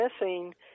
missing